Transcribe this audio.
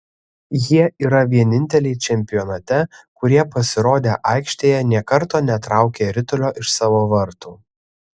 jie yra vieninteliai čempionate kurie pasirodę aikštėje nė karto netraukė ritulio iš savo vartų